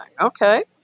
Okay